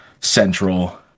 central